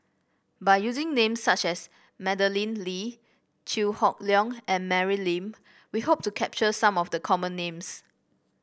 by using names such as Madeleine Lee Chew Hock Leong and Mary Lim we hope to capture some of the common names